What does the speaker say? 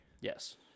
Yes